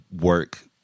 work